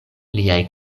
liaj